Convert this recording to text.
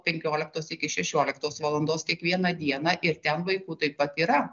penkioliktos iki šešioliktos valandos kiekvieną dieną ir ten vaikų taip pat yra